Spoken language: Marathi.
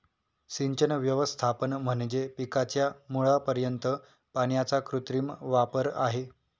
सिंचन व्यवस्थापन म्हणजे पिकाच्या मुळापर्यंत पाण्याचा कृत्रिम वापर आहे